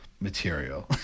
material